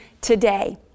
today